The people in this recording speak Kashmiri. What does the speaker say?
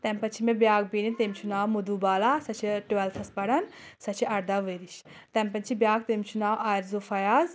تَمہِ پَتہٕ چھِ مےٚ بِیَاکھ بیٚنہِ تٔمۍ چھُ ناو مَدھو بالا سۄ چھِ ٹُوَیٚلتھَس پَران سۄ چھِ ارداہ ؤرِش تَمہِ پتہٕ چھِ بِیَاکھ تٔمِس چھُ ناو آرِزُو فیاض